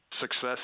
success